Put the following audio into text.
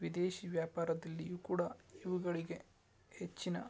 ವಿದೇಶಿ ವ್ಯಾಪಾರದಲ್ಲಿಯೂ ಕೂಡ ಇವುಗಳಿಗೆ ಹೆಚ್ಚಿನ